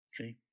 Okay